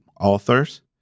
authors